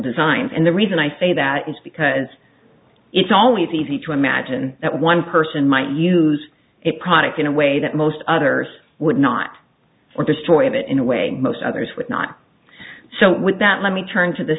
designs and the reason i say that is because it's always easy to imagine that one person might use it product in a way that most others would not or destroyed it in a way most others would not so with that let me turn to the